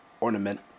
ornament